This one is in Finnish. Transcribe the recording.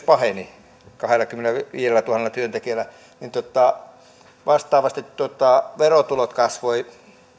paheni kahdellakymmenelläviidellätuhannella työntekijällä vastaavasti verotulot kasvoivat